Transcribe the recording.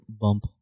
bump